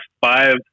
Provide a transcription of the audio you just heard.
five